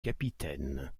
capitaine